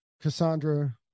Cassandra